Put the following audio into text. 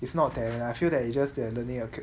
it not talent I feel that you just they're learning a cap~